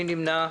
מי נמנע?